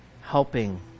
Helping